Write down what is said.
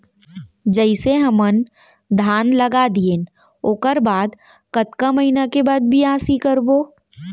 जइसे हमन धान लगा दिएन ओकर बाद कतका महिना के बाद बियासी करबो?